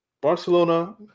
Barcelona